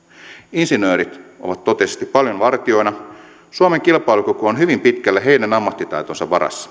insinöörit ovat totisesti paljon vartijoina suomen kilpailukyky on hyvin pitkälle heidän ammattitaitonsa varassa